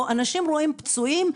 או אנשים רואים פצועים,